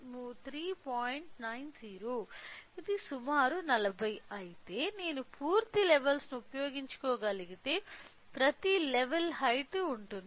90 ఇవి సుమారు 40 అయితే నేను పూర్తి లెవెల్స్ ను ఉపయోగించుకోగలిగితే ప్రతి లెవెల్ హైట్ ఉంటుంది